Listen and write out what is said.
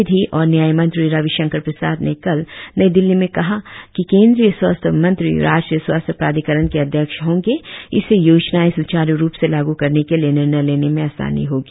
विधि और न्याय मंत्री रविशंकर प्रसाद ने कल नई दिल्ली में कहा कि केंद्रीय स्वास्थ्य मंत्री राष्ट्रीय स्वास्थ्य प्राधिकरण के अध्यक्ष होंगे इससे योजनाएं सुचारु रुप से लागू करने के लिए निर्णय लेने में आसानी होगी